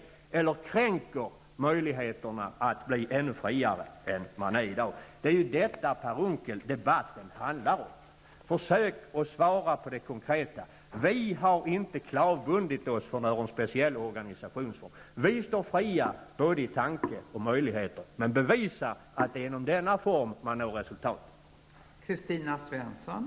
På vilket sätt kränker den formen möjligheterna att bli ännu friare än man är i dag? Det är detta, Per Unckel, som debatten handlar om. Försök besvara dessa konkreta frågor! Vi har inte klavbundit oss för någon speciell organisationsform, utan vi står fria både i tanke och möjligheter. Bevisa att det är genom denna stiftelseform som man når resultat!